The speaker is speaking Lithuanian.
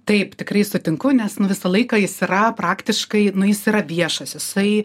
taip tikrai sutinku nes nu visą laiką jis yra praktiškai nu jis yra viešas jisai